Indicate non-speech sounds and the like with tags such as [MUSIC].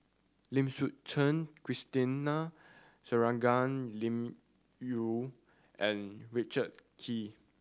Lim Suchen Christine [UNINTELLIGIBLE] Shangguan Liuyun and Richard Kee